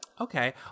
Okay